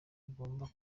agomba